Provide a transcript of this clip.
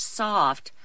soft